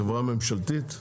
חברה ממשלתית?